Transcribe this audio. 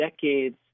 decades